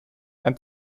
ein